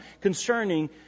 concerning